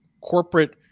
corporate